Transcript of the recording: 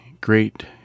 great